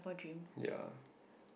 ya